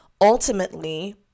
Ultimately